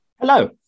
Hello